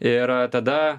ir tada